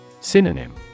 Synonym